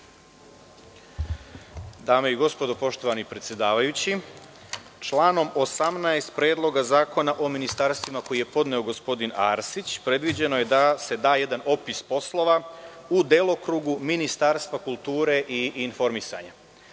Dame i gospodo, poštovani predsedavaju, članom 17. Predloga zakona o ministarstvima, koji je podneo gospodin Arsić, predviđeno je da se da jedan opis poslova u delokrugu Ministarstva kulture i informisanja.